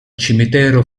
cimitero